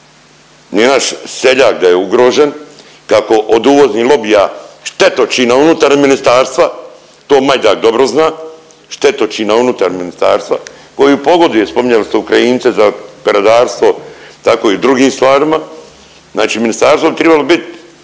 onaj naš seljak da je ugrožen kako od uvoznih lobija štetočina unutar ministarstva to Mađar dobro zna, štetočina unutar ministarstva koji pogoduje spominjali ste Ukrajince za peradarstvo, tako i u drugim stvarima. Znači ministarstvo bi tribalo biti